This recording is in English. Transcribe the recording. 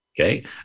Okay